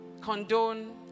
condone